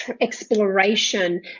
exploration